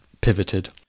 pivoted